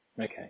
Okay